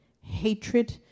hatred